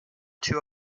two